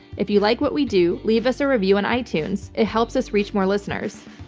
if you like what we do, leave us a review on itunes. it helps us reach more listeners.